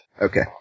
Okay